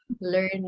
learn